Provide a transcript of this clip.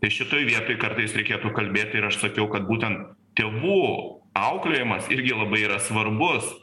tai šitoj vietoj kartais reikėtų kalbėti ir aš sakiau kad būtent tėvų auklėjimas irgi labai yra svarbus